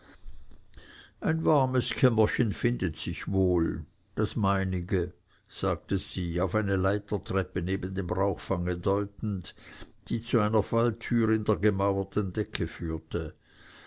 ein warmes kämmerchen findet sich wohl das meinige sagte sie auf eine leitertreppe neben dem rauchfange deutend die zu einer falltüre in der gemauerten decke führte